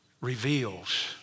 reveals